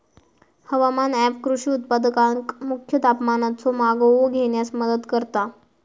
हवामान ऍप कृषी उत्पादकांका मुख्य तापमानाचो मागोवो घेण्यास मदत करता